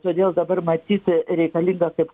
todėl dabar matyt reikalinga kaip